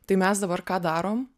tai mes dabar ką darom